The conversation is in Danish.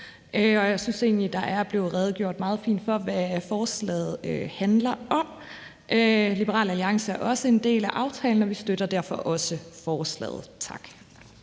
Jeg synes egentlig, der er blevet redegjort meget fint for, hvad forslaget handler om. Liberal Alliance er også en del af aftalen, og vi støtter derfor også forslaget. Tak.